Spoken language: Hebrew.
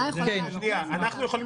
-- הממשלה יכולה להקדים ----- אנחנו יכולים